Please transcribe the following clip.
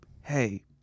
hey